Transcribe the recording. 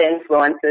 influences